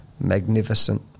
magnificent